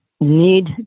need